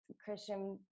Christian